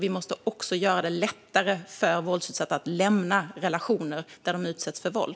Vi måste också göra det lättare för våldsutsatta att lämna relationer där de utsätts för våld.